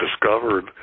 discovered